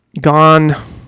gone